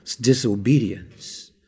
disobedience